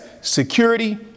security